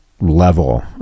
level